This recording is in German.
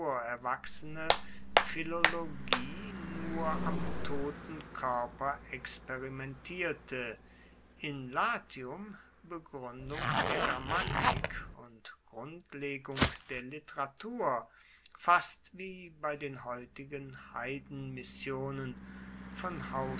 erwachsene philologie nur am toten koerper experimentierte in latium begruendung der grammatik und grundlegung der literatur fast wie bei den heutigen heidenmissionen von